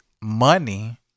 money